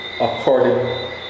according